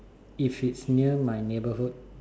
if it's near my neighbourhood